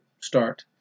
start